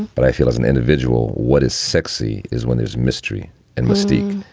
but i feel as an individual. what is sexy is when there's mystery and mystique.